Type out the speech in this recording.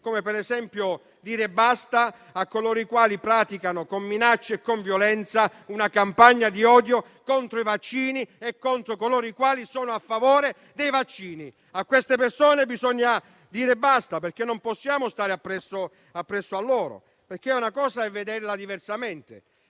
esempio bisogna dire basta a coloro i quali portano avanti, con minacce e con violenza, una campagna di odio contro i vaccini e contro coloro i quali sono a favore dei vaccini. A queste persone bisogna dire basta, perché non possiamo stargli dietro, perché una cosa è vederla diversamente,